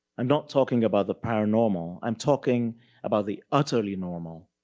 i'm not talking about the paranormal, i'm talking about the utterly normal.